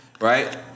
right